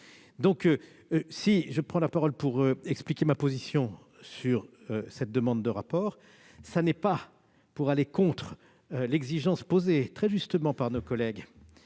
Si je tiens à expliquer ma position sur cette demande de rapport, ce n'est pas pour aller contre l'exigence posée très justement par nos collègues